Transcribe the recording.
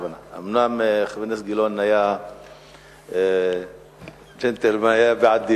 אומנם חבר הכנסת גילאון היה ג'נטלמן והיה בעד דיאלוג,